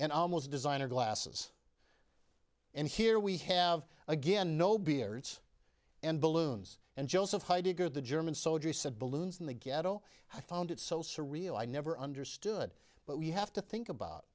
and almost designer glasses and here we have again no beards and balloons and joseph heidegger the german soldiers said balloons in the ghetto i found it so surreal i never understood but we have to think about